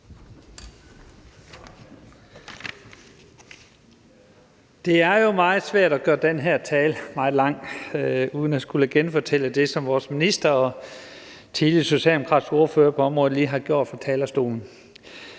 Det er jo meget svært, at gøre den her tale meget lang uden at skulle genfortælle det, som vores minister og tidligere socialdemokratiske ordfører på området lige har sagt fra talerstolen.